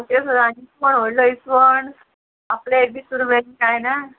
okay sir आनी कितलो व्हडलो इसवण पापलेट सुरवेक बी काय ना